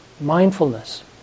mindfulness